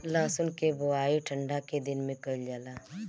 लहसुन के बोआई ठंढा के दिन में कइल जाला